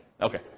okay